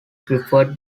preferred